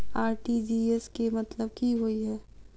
RTGS केँ मतलब की होइ हय?